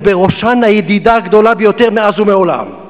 ובראשן הידידה הגדולה ביותר מאז ומעולם,